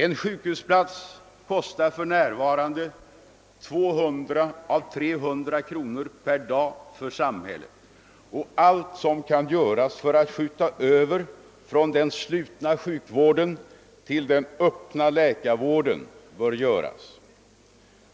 En sjukhusplats kostar för närvarande 200—300 kronor per dag för samhället och allt som kan göras för att skjuta över från den slutna sjukvården till den öppna läkarvården bör göras.